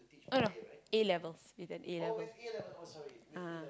oh no A-Levels it's an A-Levels ah